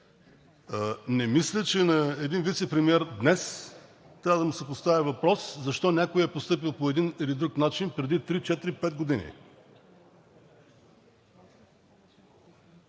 Не мисля, че на един вицепремиер днес трябва да му се поставя въпросът защо някой е постъпил по един или друг начин преди три, четири